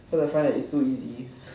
cause I find that it was too easy